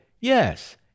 yes